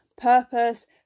purpose